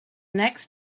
next